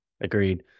Agreed